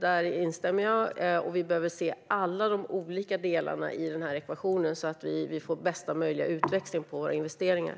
Vi behöver också se alla olika delar i ekvationen, så att vi får bästa möjliga utväxling på våra investeringar.